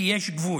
כי יש גבול.